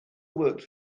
worked